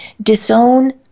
disown